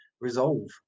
resolve